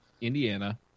indiana